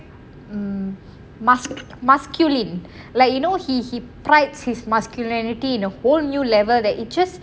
hmm masc masculine like you know he he prides his masculinity in a whole new level that it just